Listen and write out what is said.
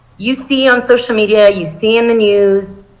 you see on social media. you see in the news,